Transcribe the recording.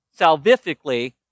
salvifically